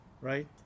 right